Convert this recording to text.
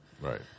Right